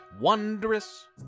wondrous